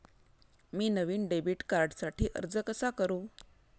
मी नवीन डेबिट कार्डसाठी अर्ज कसा करू?